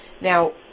now